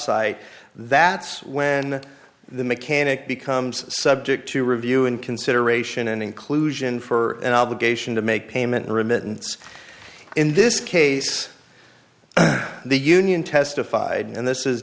site that's when the mechanic becomes subject to review and consideration and inclusion for an obligation to make payment remittance in this case the union testified and this is